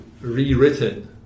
rewritten